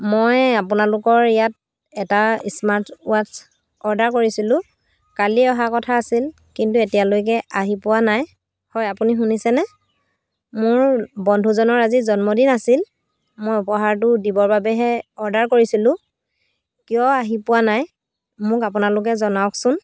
মই আপোনালোকৰ ইয়াত এটা স্মাৰ্ট ৱাট্ছ অৰ্ডাৰ কৰিছিলোঁ কালি অহা কথা আছিল কিন্তু এতিয়ালৈকে আহি পোৱা নাই হয় আপুনি শুনিছেনে মোৰ বন্ধুজনৰ আজি জন্মদিন আছিল মই উপহাৰটো দিবৰ বাবেহে অৰ্ডাৰ কৰিছিলোঁ কিয় আহি পোৱা নাই মোক আপোনালোকে জনাওকচোন